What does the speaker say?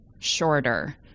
shorter